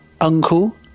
uncle